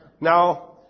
Now